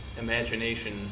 imagination